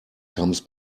comes